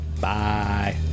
Bye